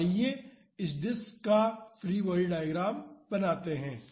तो आइए इस डिस्क का फ्री बॉडी डायग्राम बनाते हैं